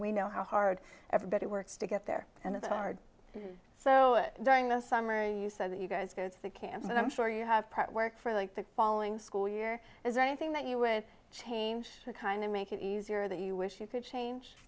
we know how hard everybody works to get there and it's hard so during the summer you said that you guys did the camp and i'm sure you have worked for the following school year is there anything that you would change kind of make it easier that you wish you could change